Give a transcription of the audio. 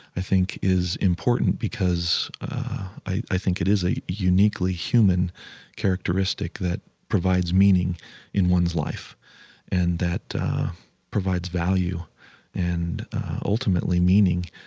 i think, is important because i i think it is a uniquely human characteristic that provides meaning in one's life and that provides value and ultimately meaning,